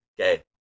Okay